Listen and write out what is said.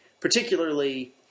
Particularly